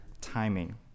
timing